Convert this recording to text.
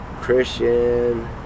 Christian